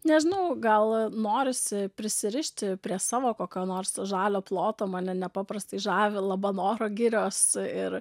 nežinau gal norisi prisirišti prie savo kokio nors žalio ploto mane nepaprastai žavi labanoro girios ir